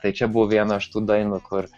tai čia buvo vien iš tų dainų kur